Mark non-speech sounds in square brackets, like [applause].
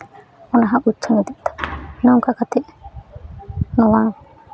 ᱯᱟᱲᱦᱟᱜ [unintelligible] ᱱᱚᱝᱠᱟ ᱠᱟᱛᱮ ᱱᱚᱣᱟ